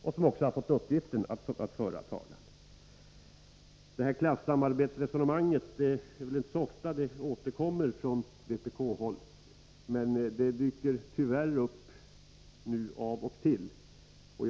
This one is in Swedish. Det är inte så ofta som det här klassamarbetsresonemanget återkommer från vpk:s håll, men det dyker tyvärr upp av och till nu för tiden.